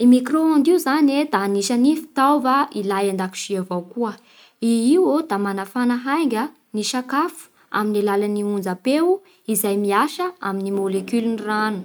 I micro-ondes io zany e da anisan'ny fitaova ilay an-dakozia avao koa. I iô da manafana hainga ny sakafo amin'ny alalan'ny onjampeo izay miasa amin'ny molecule-n'ny rano.